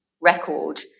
record